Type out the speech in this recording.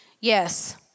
Yes